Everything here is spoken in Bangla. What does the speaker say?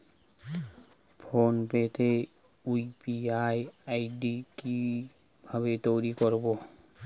ফোন পে তে ইউ.পি.আই আই.ডি কি ভাবে তৈরি করবো?